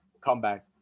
Comeback